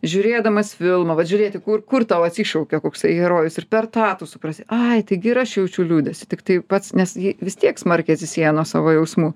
žiūrėdamas filmą vat žiūrėti kur kur tau atsišaukia koksai herojus ir per tą tu suprasi ai taigi ir aš jaučiu liūdesį tiktai pats nes ji vis tiek smarkiai atsisieja nuo savo jausmų